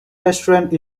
restaurant